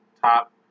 Top